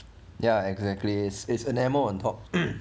ya exactly it's enamel on top